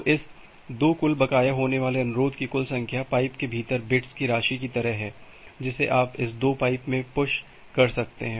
तो इस दो कुल बकाया होने वाले अनुरोध की कुल संख्या पाइप के भीतर बिट्स की राशि की तरह है जिसे आप इस दो पाइप में पुश कर सकते हैं